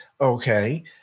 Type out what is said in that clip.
okay